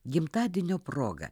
gimtadienio proga